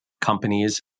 companies